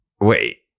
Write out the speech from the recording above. wait